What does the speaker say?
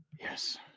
yes